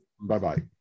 Bye-bye